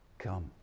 Come